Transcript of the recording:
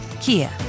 Kia